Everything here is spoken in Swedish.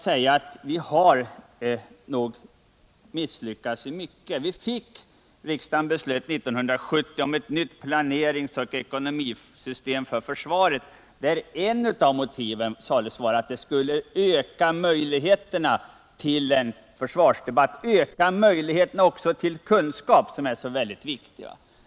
Här har vi nog misslyckats i mycket. Riksdagen beslöt 1970 om ett nytt planeringsoch ekonomisystem för försvaret, där ett av motiven sades vara att det skulle öka möjligheterna till en försvarsdebatt och också till kunskap, som är så viktig.